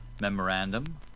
memorandum